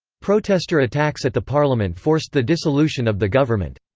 protester attacks at the parliament forced the dissolution of the government.